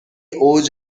اوج